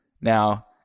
Now